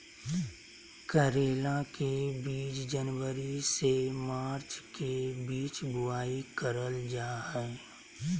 करेला के बीज जनवरी से मार्च के बीच बुआई करल जा हय